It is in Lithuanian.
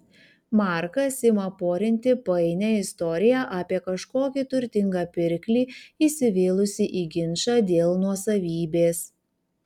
markas ima porinti painią istoriją apie kažkokį turtingą pirklį įsivėlusį į ginčą dėl nuosavybės